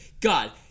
God